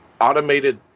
automated